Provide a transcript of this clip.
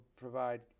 provide